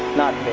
not